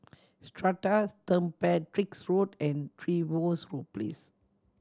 Strata Saint Patrick's Road and Trevose Place